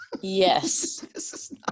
Yes